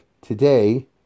today